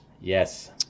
Yes